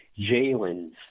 Jalen's